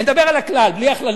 אני מדבר על הכלל, בלי הכללות.